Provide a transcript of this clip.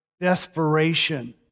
desperation